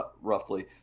roughly